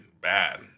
bad